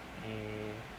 eh